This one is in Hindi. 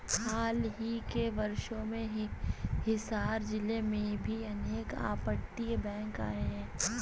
हाल ही के वर्षों में हिसार जिले में भी अनेक अपतटीय बैंक आए हैं